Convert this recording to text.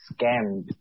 scammed